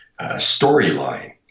storyline